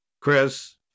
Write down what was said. Chris